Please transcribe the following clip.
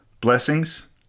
Blessings